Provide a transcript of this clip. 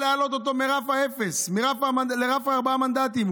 להעלות אותו מרף האפס לרף הארבעה מנדטים,